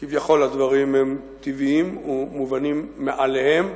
כביכול, הדברים הם טבעיים ומובנים מאליהם.